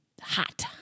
hot